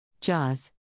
Jaws